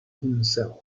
himself